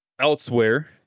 elsewhere